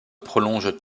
prolongent